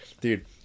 dude